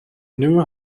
knew